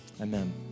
Amen